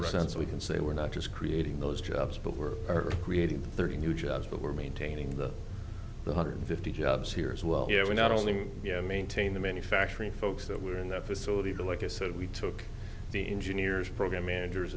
sense we can say we're not just creating those jobs but we're creating thirty new jobs but we're maintaining that the hundred fifty jobs here as well here we not only maintain the manufacturing folks that were in that facility like i said we took the engineers program managers